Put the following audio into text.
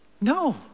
No